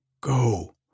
Go